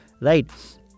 right